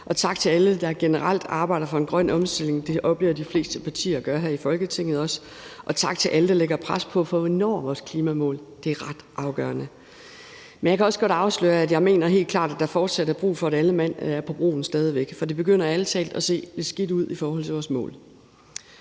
Tak til alle, der generelt arbejder for en grøn omstilling. Det oplever jeg også de fleste partier gør her i Folketinget. Og tak til alle, der lægger pres på, for at vi når vores klimamål; det er ret afgørende. Jeg kan også godt afsløre, at jeg helt klart mener, at der fortsat er brug for, at alle mand stadig væk er på broen, for det begynder ærlig talt at se lidt skidt ud i forhold til vores mål.